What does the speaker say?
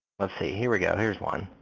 let's see here we go, here's one,